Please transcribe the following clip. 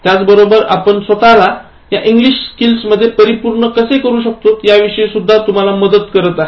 त्याचबरोबर आपण स्वतःला या इंग्लिश स्किल्स मध्ये परिपूर्ण कसे करू शक्तोत या विषयी सुद्धा तुम्हाला मदत करत आहे